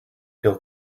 feel